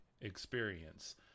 experience